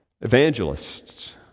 Evangelists